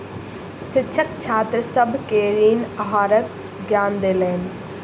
शिक्षक छात्र सभ के ऋण आहारक ज्ञान देलैन